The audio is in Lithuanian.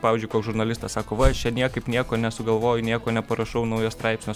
pavyzdžiui koks žurnalistas sako va aš čia niekaip nieko nesugalvoju nieko neparašau naujo straipsnio